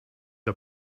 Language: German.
der